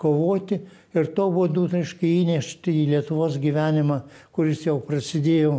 kovoti ir tuo būdu reiškia įnešti į lietuvos gyvenimą kuris jau prasidėjo